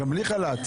אבל גם בלי חל"ת,